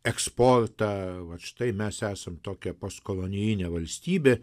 eksportą vat štai mes esam tokia postkolonijinė valstybė